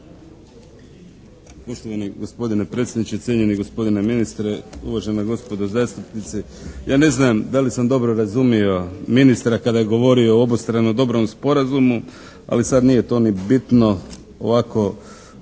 Poštovani gospodine predsjedniče, cijenjeni gospodine ministre, uvažena gospodo zastupnici. Ja ne znam da li sam dobro razumio ministra kada je govorio o obostrano dobrom sporazumu, ali sad nije to ni bitno. Ovako,